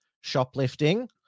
shoplifting